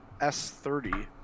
s30